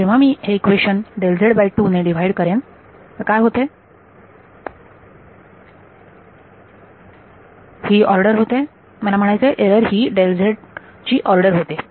तर जेव्हा मी हे इक्वेशन ने डिवाइड करेन काय होते ही ऑर्डर होतेमला म्हणायचे आहे एरर ही ची ऑर्डर होते